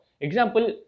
example